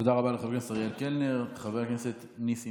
תודה רבה לחבר הכנסת אריאל קלנר.